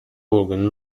organ